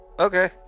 Okay